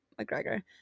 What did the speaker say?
McGregor